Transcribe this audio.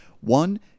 One